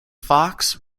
fox